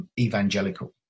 evangelical